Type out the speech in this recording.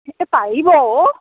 এই পাৰিব অ'